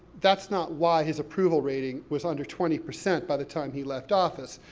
that's not why his approval rating was under twenty percent by the time he left office.